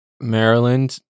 Maryland